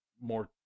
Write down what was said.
more